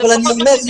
אבל אני אומר,